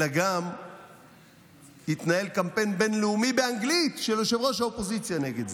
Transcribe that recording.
אלא גם התנהל קמפיין בין-לאומי באנגלית של ראש האופוזיציה נגד זה.